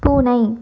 பூனை